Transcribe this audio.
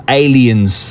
aliens